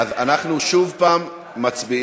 אנחנו שוב מצביעים,